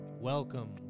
Welcome